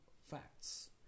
facts